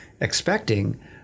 expecting